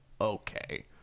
okay